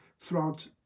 throughout